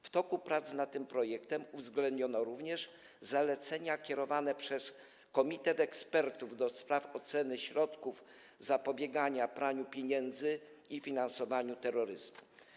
W toku prac nad tym projektem uwzględniono również zalecenia kierowane przez Komitet Ekspertów ds. Oceny Środków Zapobiegania Praniu Pieniędzy i Finansowaniu Terroryzmu.